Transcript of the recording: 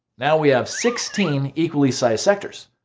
now we have sixteen equally sized sectors.